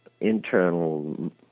internal